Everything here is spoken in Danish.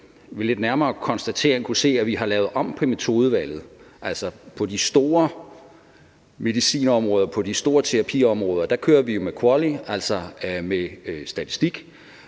lidt nærmere kunnet konstatere, at vi har lavet om på metodevalget – altså, på de store medicinområder, på de store terapiområder kører vi med QALY, altså med statistik,